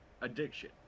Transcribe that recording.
addiction